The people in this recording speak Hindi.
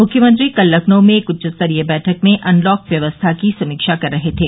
मुख्यमंत्री कल लखनऊ में एक उच्चस्तरीय बैठक में अनलॉक व्यवस्था की समीक्षा कर रहे थे